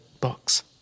box